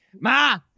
Ma